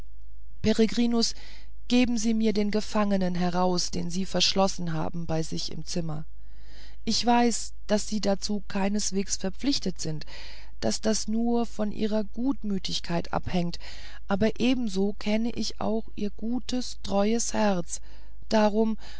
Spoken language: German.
peregrinus geben sie mir den gefangenen heraus den sie verschlossen haben bei sich im zimmer ich weiß daß sie dazu keinesweges verpflichtet sind daß das nur von ihrer gutmütigkeit abhängt aber ebenso kenne ich auch ihr gutes treues herz darum